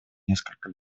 несколько